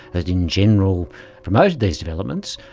that in general promoted these developments,